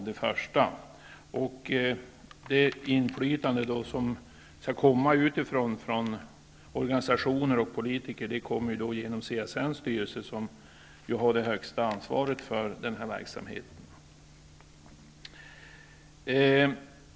Det inflytande som skall komma från organisationer och politiker kommer då genom CSN:s styrelse, som ju har det högsta ansvaret för den här verksamheten.